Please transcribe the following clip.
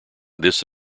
this